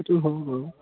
সেইটো হয় বাৰু